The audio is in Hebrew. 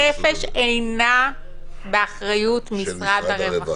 בריאות הנפש אינה באחריות משרד הרווחה.